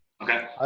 okay